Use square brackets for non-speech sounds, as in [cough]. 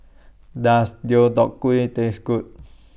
Does Deodeok Gui Taste Good [noise]